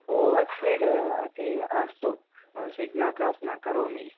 over speed अति अस्तु signal न क्रास् न करोमि